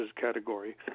category